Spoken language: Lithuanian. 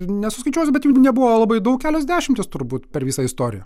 nesuskaičiuosiu bet jų nebuvo labai daug kelios dešimtys turbūt per visą istoriją